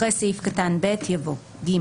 אחרי סעיף קטן (ב) יבוא: "(ג)